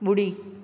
ॿुड़ी